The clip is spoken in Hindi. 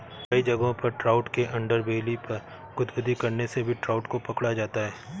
कई जगहों पर ट्राउट के अंडरबेली पर गुदगुदी करने से भी ट्राउट को पकड़ा जाता है